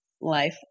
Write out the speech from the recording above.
life